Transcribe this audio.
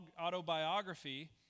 autobiography